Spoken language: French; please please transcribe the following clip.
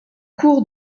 cours